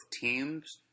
teams